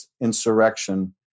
insurrection